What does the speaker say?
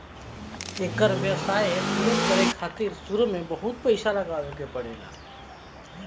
एकर व्यवसाय शुरु करे खातिर शुरू में बहुत पईसा लगावे के पड़ेला